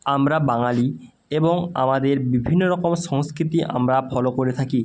আমরা বাঙালি এবং আমাদের বিভিন্ন রকম সংস্কৃতি আমরা ফলো করে থাকি